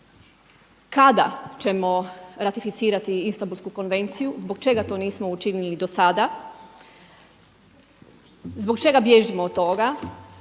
kada ćemo ratificirati Istambulsku konvenciju? Zbog čega to nismo učinili dosada? Zbog čega bježim od toga?